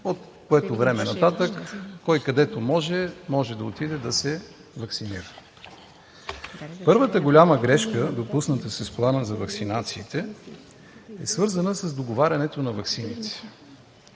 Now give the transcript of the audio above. от което време нататък – кой където може, може да отиде да се ваксинира. Първата голяма грешка, допусната с Плана за ваксинациите, е свързана с договарянето на ваксините.